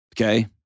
Okay